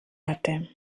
hatte